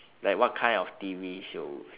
like what kind of T_V shows